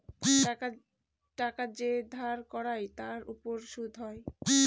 টাকা যে ধার করায় তার উপর সুদ হয়